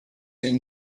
een